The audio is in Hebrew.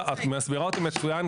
מנהל אגף חינוך בכסייפא,